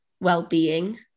well-being